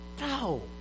no